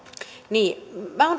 niin minä olen